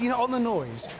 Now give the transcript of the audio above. you know on the noise,